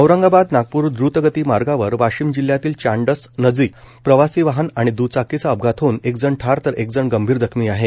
औरंगाबाद नागपूर द्वतगती मार्गावर वाशिम जिल्ह्यातील चांडस नजीक प्रवासी वाहन आणि द्चाकीचा अपघात होऊन एक जण ठार तर एक जण गंभीर जखमी आहे